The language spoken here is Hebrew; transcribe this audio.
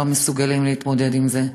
לא מסוגלים להתמודד עם זה.